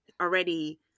already